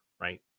right